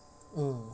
mm